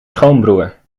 schoonbroer